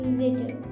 little